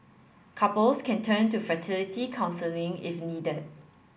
couples can turn to fertility counselling if needed